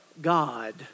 God